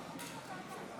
חברי הכנסת,